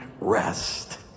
rest